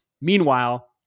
meanwhile